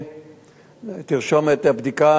תרשום את הבדיקה,